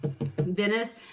Venice